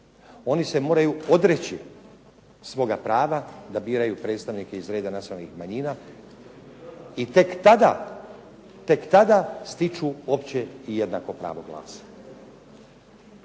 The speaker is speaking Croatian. Oni se moraju odreći svoga prava da biraju predstavnike iz reda nacionalnih manjina i tek tada, tek tada stiču opće i jednako pravo glasa.